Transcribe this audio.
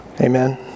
Amen